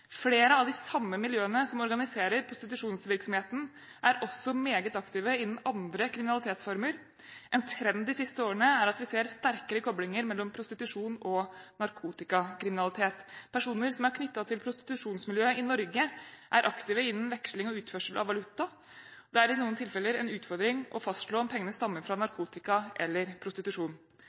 Flere av de samme miljøene som organiserer prostitusjonsvirksomheten, er også meget aktive innen andre kriminalitetsformer. En trend de siste årene er at de ser sterkere koblinger mellom prostitusjon og narkotikakriminalitet. Personer som er knyttet til prostitusjonsmiljøet i Norge, er aktive innen veksling og utførsel av valuta. Det er i noen tilfeller en utfordring å fastslå om pengene stammer fra narkotika eller prostitusjon.